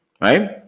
Right